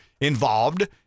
involved